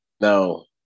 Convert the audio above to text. No